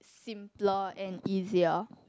simpler and easier